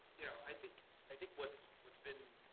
you know, i think i think what's what's been